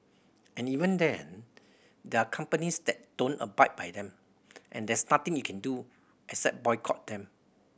and even then there are companies that don't abide by them and there's nothing you can do except boycott them